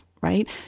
right